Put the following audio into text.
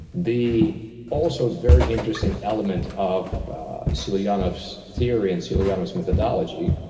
the also very interesting element of sulianav's theory and sulianav's methodology,